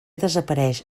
desapareix